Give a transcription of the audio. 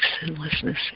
sinlessness